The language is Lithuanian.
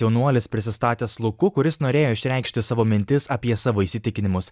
jaunuolis prisistatęs luku kuris norėjo išreikšti savo mintis apie savo įsitikinimus